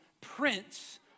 prince